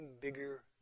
bigger